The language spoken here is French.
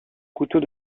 couteau